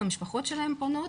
המשפחות שלהם פונות,